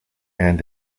and